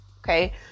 okay